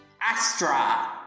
Astra